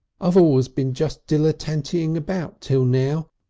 i've always been just dilletentytating about till now,